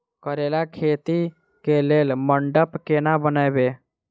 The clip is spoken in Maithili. करेला खेती कऽ लेल मंडप केना बनैबे?